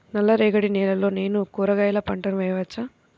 నల్ల రేగడి నేలలో నేను కూరగాయల పంటను వేయచ్చా?